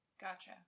Gotcha